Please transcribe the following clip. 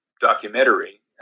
documentary